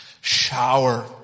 shower